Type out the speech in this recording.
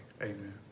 Amen